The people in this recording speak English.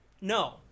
No